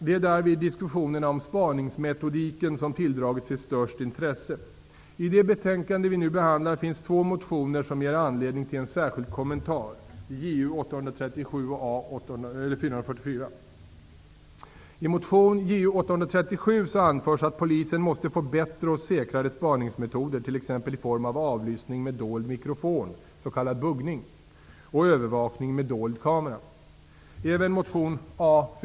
Det är därvid diskussionerna om spaningsmetodiken som tilldragit sig störst intresse. I det betänkande vi nu behandlar finns två motioner som ger anledning till en särskild kommentar, förespråkar buggning.